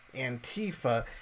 Antifa